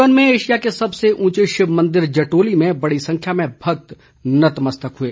सोलन में एशिया के सबसे ऊंचे शिव मंदिर जटोली में बड़ी संख्या में भक्त नतमस्तक हुए